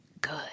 good